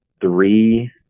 Three